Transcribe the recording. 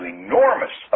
enormous